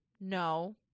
no